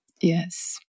Yes